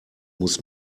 muss